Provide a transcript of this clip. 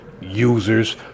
users